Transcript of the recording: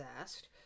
asked